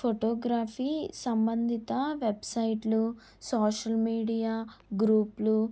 photography సంబంధిత వెబ్సైట్లు social media గ్రూప్లు